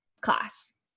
class